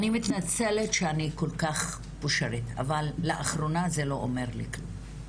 אני מתנצלת שאני כל כך פושרית אבל לאחרונה זה לא אומר לי כלום.